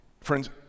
Friends